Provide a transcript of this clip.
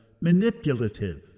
manipulative